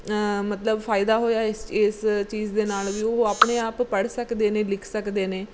ਮਤਲਬ ਫ਼ਾਇਦਾ ਹੋਇਆ ਇਸ ਇਸ ਚੀਜ਼ ਦੇ ਨਾਲ ਵੀ ਉਹ ਆਪਣੇ ਆਪ ਪੜ੍ਹ ਸਕਦੇ ਨੇ ਲਿਖ ਸਕਦੇ ਨੇ